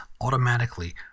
automatically